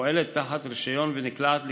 הפועלת תחת רישיון ונקלעת